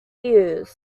used